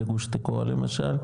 לגוש תקוע למשל?